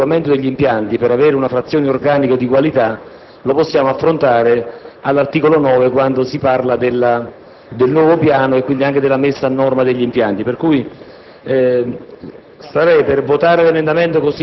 che la questione relativa all’adeguamento degli impianti per avere una frazione organica di qualita` venga affrontata all’articolo 9, laddove si parla del nuovo piano e quindi della messa a norma degli impianti.